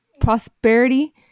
prosperity